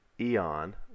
eon